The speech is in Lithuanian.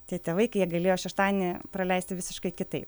tie tėvai kai jie galėjo šeštadienį praleisti visiškai kitaip